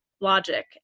logic